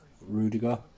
Rudiger